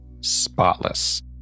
spotless